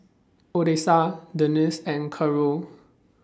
Odessa Denice and Carole